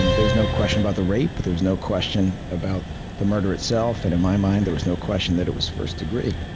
um there was no question about the rape. there was no question about the murder itself. and in my mind, there was not question that it was first-degree,